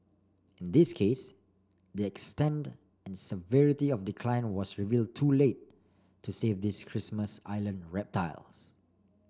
in this case the extent and severity of decline was reveal too late to save these Christmas Island reptiles